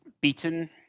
beaten